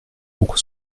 pour